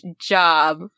job